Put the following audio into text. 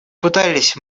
пытались